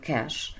Cash